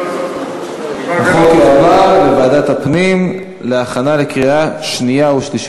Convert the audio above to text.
החוק יועבר לוועדת הפנים להכנה לקריאה שנייה ושלישית.